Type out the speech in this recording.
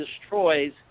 destroys